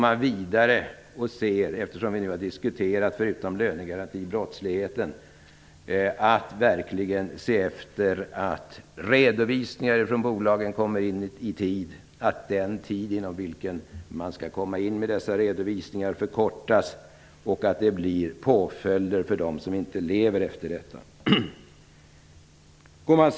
Förutom att vi har diskuterat frågan om lönegarantin och brottsligheten i övrigt, skall det verkligen eftersträvas att redovisningar från bolag lämnas in i tid. Den tiden inom vilken redovisningar skall lämnas in skall förkortas, och det skall bli påföljder för dem som inte efterlever dessa regler.